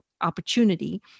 opportunity